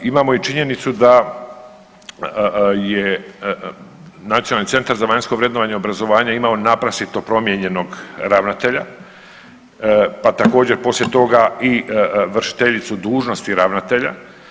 Imamo i činjenicu da je Nacionalni centar za vanjsko vrednovanje obrazovanja imao naprasito promijenjenog ravnatelja pa također poslije toga i vršiteljicu dužnosti ravnatelja.